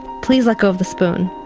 please let go of the spoon.